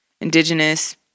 indigenous